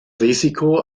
risiko